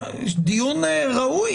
דיון ראוי,